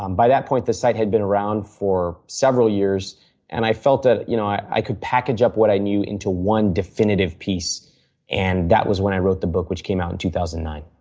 um by that point, the site had been around for several years and i felt that you know i could package up what i knew into one definitive piece and that was when i wrote the book, which came out in two thousand and nine.